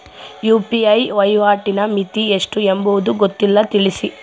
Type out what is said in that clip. UPI ವಹಿವಾಟಿನ ಮಿತಿ ಎಷ್ಟು ಎಂಬುದು ಗೊತ್ತಿಲ್ಲ? ತಿಳಿಸಿ?